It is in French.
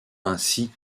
ainsi